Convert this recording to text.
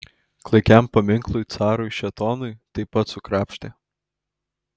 klaikiam paminklui carui šėtonui taip pat sukrapštė